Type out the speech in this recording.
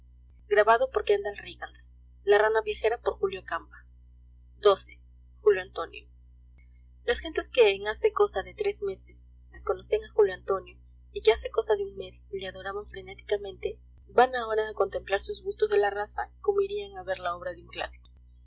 condecoración xii julio antonio las gentes que en hace cosa de tres meses desconocían a julio antonio y que hace cosa de un mes le adoraban frenéticamente van ahora a contemplar sus bustos de la raza como irían a ver la obra de un clásico